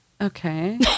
Okay